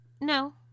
No